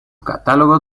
catálogo